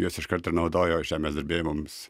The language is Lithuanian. juos iškart ir naudojo žemės drebėjimams